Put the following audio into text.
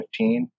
2015